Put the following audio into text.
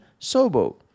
Sobo